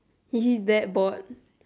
is it that bored